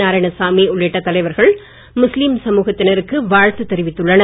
நாராயணசாமி உள்ளிட்ட தலைவர்கள் முஸ்லீம் சமூகத்தினருக்கு வாழ்த்து தெரிவித்துள்ளனர்